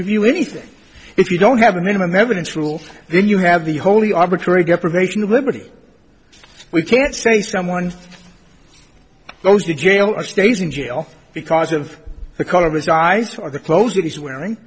review anything if you don't have a minimum evidence rule then you have the wholly arbitrary get provision of liberty we can't say someone goes to jail or stays in jail because of the color of his eyes or the clothes it is wearing